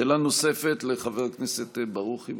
שאלה נוספת, לחבר הכנסת ברוכי.